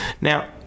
Now